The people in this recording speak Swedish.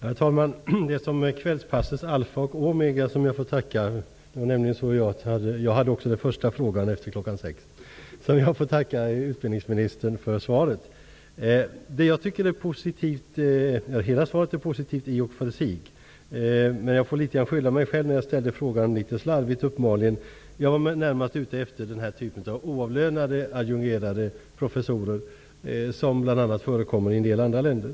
Herr talman! Det är som kvällspassets alfa och omega jag får tacka utbildningsministern för svaret. Jag hade nämligen också den första frågan efter kl. Hela svaret är i och för sig positivt. Min fråga avsåg dock närmast den typ av oavlönade adjungerade professorer som bl.a. förekommer i en del andra länder.